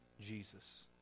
Jesus